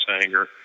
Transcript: anger